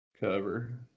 Cover